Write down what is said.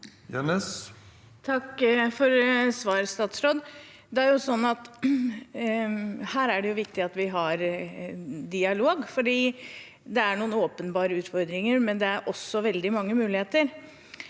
Takk for svaret fra statsråden. Her er det viktig at vi har dialog, for det er noen åpenbare utfordringer, men det er også veldig mange muligheter.